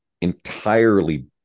entirely